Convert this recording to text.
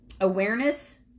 Awareness